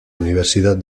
universidad